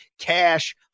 cash